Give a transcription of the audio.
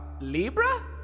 Libra